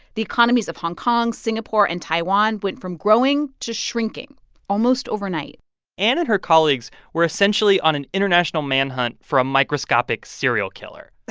the economies of hong kong, singapore and taiwan went from growing to shrinking almost overnight anne and her colleagues were essentially on an international manhunt for a microscopic serial killer